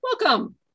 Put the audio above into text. Welcome